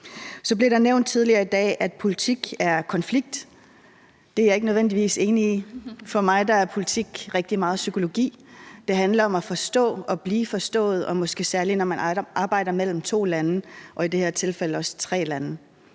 Så blev der nævnt tidligere i dag, at politik er konflikt. Det er jeg ikke nødvendigvis enig i. For mig er politik rigtig meget psykologi. Det handler om at forstå og blive forstået, og måske særlig når man arbejder mellem to lande og i det her tilfælde også tre lande.